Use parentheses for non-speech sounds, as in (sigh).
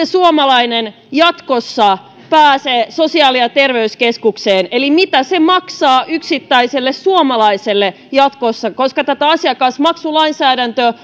(unintelligible) suomalainen jatkossa pääsee sosiaali ja terveyskeskukseen eli mitä se maksaa yksittäiselle suomalaiselle jatkossa koska tätä asiakasmaksulainsäädäntöä (unintelligible)